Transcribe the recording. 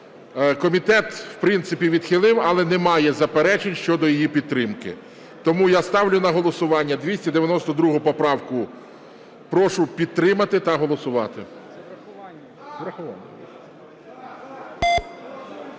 Комітет, в принципі, відхилив, але не має заперечень щодо її підтримки. Тому я ставлю на голосування 292 поправку. Прошу підтримати та голосувати.